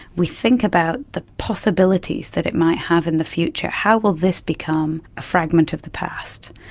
we think about the possibilities that it might have in the future how will this become a fragment of the past,